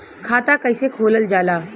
खाता कैसे खोलल जाला?